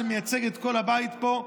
שמייצג את כל הבית פה,